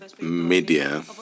media